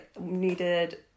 needed